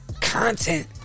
content